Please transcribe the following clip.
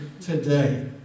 today